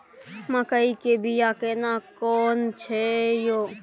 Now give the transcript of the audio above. मकई के बिया केना कोन छै यो?